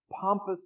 pompous